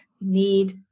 Need